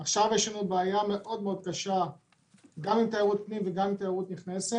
עכשיו יש לנו בעיה מאוד קשה גם עם תיירות פנים וגם עם תיירות נכנסת.